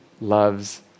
loves